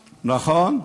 נכון?